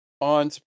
On